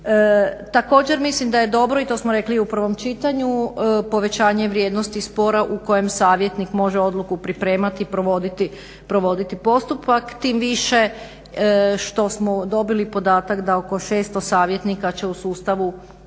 Također mislim da je dobro i to smo rekli i u prvom čitanju, povećanje vrijednosti spora u kojem savjetnik može odluku pripremati, provoditi postupak tim više što smo dobili podatak da oko 600 savjetnika će u sustavu